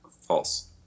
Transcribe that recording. False